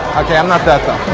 okay, i'm not that dumb.